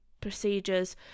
procedures